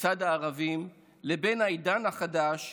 לצד הערבים לבין העידן החדש,